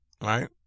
Right